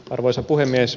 arvoisa puhemies